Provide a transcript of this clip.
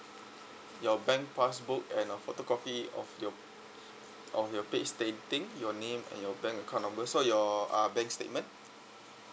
your bank pass book and a photocopy of your of your pay stating your name and your bank account numbers so your uh bank statement